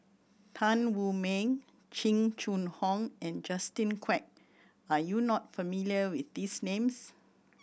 Tan Wu Meng Jing Jun Hong and Justin Quek are you not familiar with these names